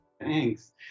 Thanks